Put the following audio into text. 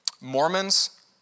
Mormons